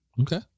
Okay